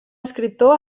escriptor